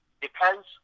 Depends